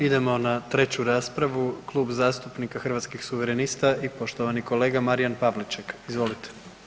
Idemo na treću raspravu, Klub zastupnika Hrvatskih suverenista i poštovani kolega Marijan Pavliček, izvolite.